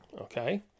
okay